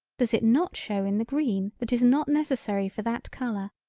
does it not show in the green that is not necessary for that color,